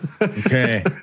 Okay